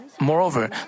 Moreover